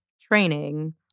training